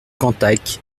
cantac